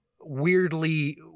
weirdly